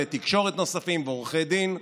כלי תקשורת נוספים ועורכי דין,